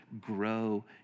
grow